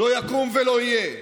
לא יקום ולא יהיה.